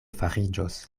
fariĝos